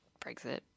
Brexit